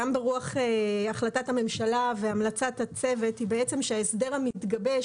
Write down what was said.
גם ברוח החלטת הממשלה והמלצת הצוות היא בעצם שההסדר המתגבש